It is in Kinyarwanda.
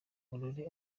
aurore